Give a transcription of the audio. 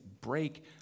break